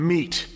Meat